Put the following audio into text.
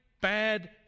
bad